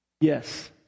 Yes